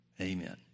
Amen